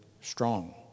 strong